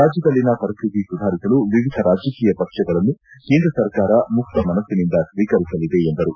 ರಾಜ್ಯದಲ್ಲಿನ ಪರಿಸ್ಥಿತಿ ಸುಧಾರಿಸಲು ವಿವಿಧ ರಾಜಕೀಯ ಪಕ್ಷಗಳನ್ನು ಕೇಂದ್ರ ಸರ್ಕಾರ ಮುಕ್ತಮನಸ್ಸಿನಿಂದ ಸ್ವೀಕರಿಸಲಿದೆ ಎಂದರು